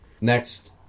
Next